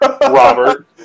Robert